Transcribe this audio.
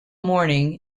morning